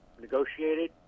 negotiated